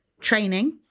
training